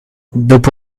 dopo